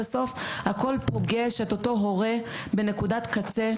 הכול פוגש בנקודת קצה,